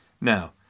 now